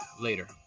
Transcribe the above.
Later